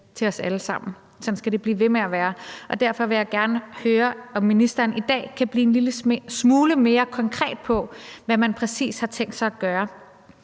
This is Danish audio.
til os alle sammen, og sådan skal det blive ved med at være. Derfor vil jeg gerne høre, om ministeren i dag kan blive en lille smule mere konkret på, hvad man præcis har tænkt sig at gøre.